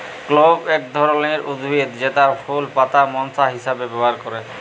clove এক ধরলের উদ্ভিদ জেতার ফুল পাতা মশলা হিসাবে ব্যবহার ক্যরে